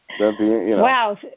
Wow